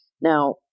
Now